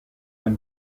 when